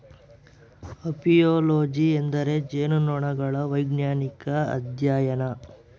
apiology ಎಂದರೆ ಜೇನುನೊಣಗಳ ವೈಜ್ಞಾನಿಕ ಅಧ್ಯಯನ